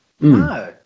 No